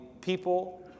people